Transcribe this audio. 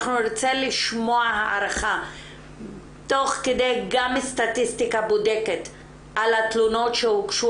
אנחנו נרצה לשמוע הערכה תוך כדי גם סטטיסטיקה בודקת על התלונות שהוגשו